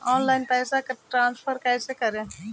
Online पैसा transfer कैसे करे?